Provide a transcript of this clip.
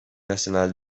national